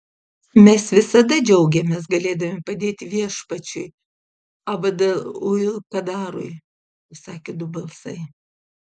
mes visada džiaugiamės galėdami padėti viešpačiui abd ul kadarui pasakė du balsai